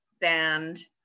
band